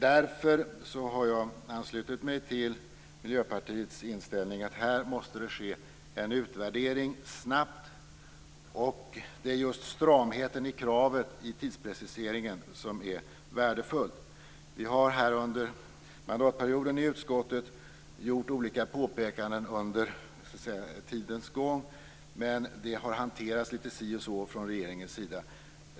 Därför har jag anslutit mig till Miljöpartiets inställning att här måste det ske en utvärdering snabbt. Det är just stramheten i kravet i tidspreciseringen som är värdefull. Under mandatperioden har vi i utskottet gjort olika påpekande under tidens gång, men det har hanterats litet si och så av regeringen.